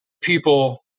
people